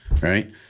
right